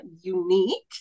unique